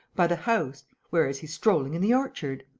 by the house. whereas he's strolling in the orchard.